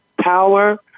power